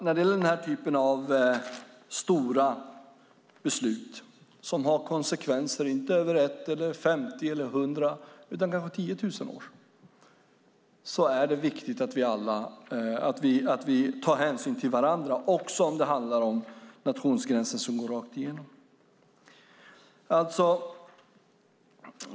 När det gäller denna typ av stora beslut som har konsekvenser inte över 1, 50 eller 100 år utan kanske 10 000 år är det viktigt att vi tar hänsyn till varandra också om det handlar om nationsgränser som går rakt igenom.